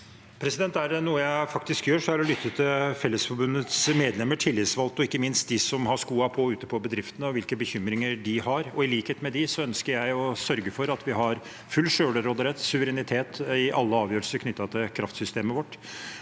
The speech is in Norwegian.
Er det noe jeg faktisk gjør, er det å lytte til Fellesforbundets medlemmer og tillitsvalgte – ikke minst til dem som har skoene på ute i bedriftene, og hvilke bekymringer de har. I likhet med dem ønsker jeg å sørge for at vi har full selvråderett, suverenitet, i alle avgjørelser knyttet til kraftsystemet vårt